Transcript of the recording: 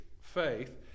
faith